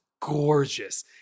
gorgeous